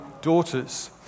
daughters